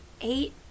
eight